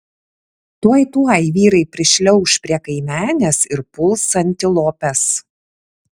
tuoj tuoj vyrai prišliauš prie kaimenės ir puls antilopes